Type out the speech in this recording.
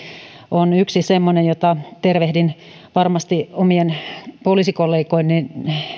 on yksi semmoinen jota tervehdin varmasti erityisesti omien poliisikollegoideni